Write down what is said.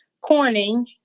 Corning